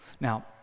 Now